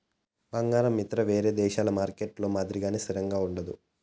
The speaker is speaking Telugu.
బంగారం ఇతర వేరే దేశాల మార్కెట్లలో మాదిరిగానే స్థిరంగా ఉండదు